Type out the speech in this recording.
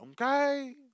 Okay